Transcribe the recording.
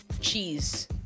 cheese